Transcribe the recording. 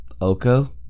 Oko